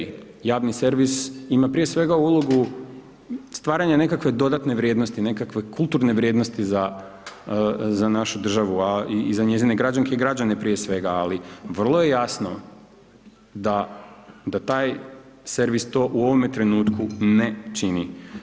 Javni servis ima, prije svega, ulogu stvaranja nekakve dodatne vrijednosti, nekakve kulturne vrijednosti za našu državu, a i za njezine građanke i građane prije svega, ali vrlo je jasno da taj servis to u ovome trenutku ne čini.